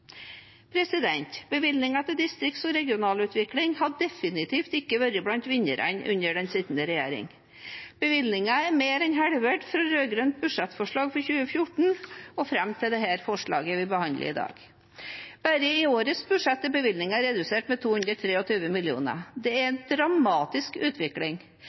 til distrikts- og regionalutvikling har definitivt ikke vært blant vinnerne under den sittende regjeringen. Bevilgningene er mer enn halvert fra det rød-grønne budsjettforslaget for 2014 og fram til dette forslaget vi behandler i dag. Bare i årets budsjett er bevilgningene redusert med 223 mill. kr. Det er en dramatisk utvikling.